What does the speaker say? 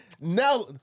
now